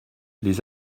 les